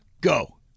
go